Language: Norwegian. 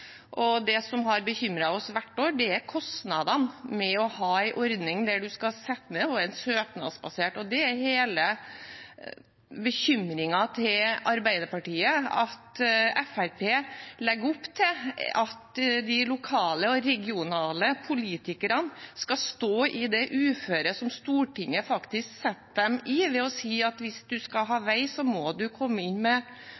Det som har bekymret oss hvert år, er kostnadene med å ha en ordning som er søknadsbasert. Det er Arbeiderpartiets bekymring at Fremskrittspartiet legger opp til at de lokale og regionale politikerne skal stå i det uføret som Stortinget faktisk setter dem i, ved å si at hvis man skal ha vei, må man komme inn med